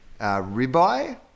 Ribeye